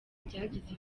byagize